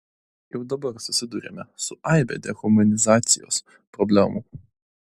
jau dabar susiduriame su aibe dehumanizacijos problemų